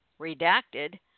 redacted